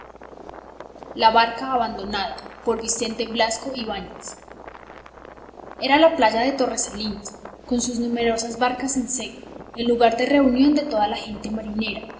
la barca abandonada era la playa de torresalinas con sus numerosas barcas en seco el lugar de reunión de toda la gente marinera